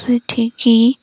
ସେଇଠିକି